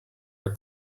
are